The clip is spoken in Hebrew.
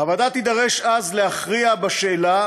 הוועדה תידרש אז להכריע בשאלה